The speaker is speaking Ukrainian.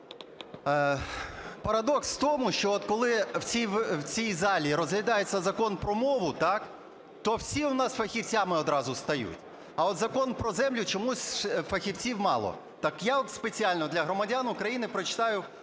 Парадокс в тому, що от коли в цій залі розглядається Закон про мову, то всі у нас фахівцями одразу стають. А от Закон про землю - чомусь фахівців мало. Так я от спеціально для громадян України прочитаю